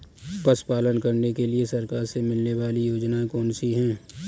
पशु पालन करने के लिए सरकार से मिलने वाली योजनाएँ कौन कौन सी हैं?